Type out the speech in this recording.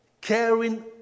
caring